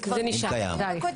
אם קיים.